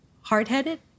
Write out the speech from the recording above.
hard-headed